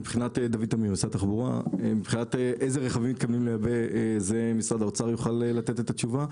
מבחינת איזה רכבים מתכוונים לייבא זה משרד האוצר יוכל לתת את התשובה.